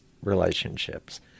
relationships